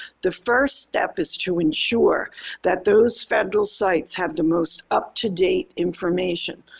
the first step is to ensure that those federal sites have the most up-to-date information.